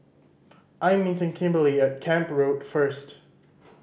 I am meeting Kimberly at Camp Road first